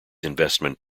investment